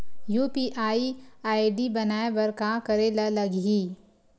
UPI ID बनाये बर का करे ल लगही?